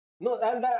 No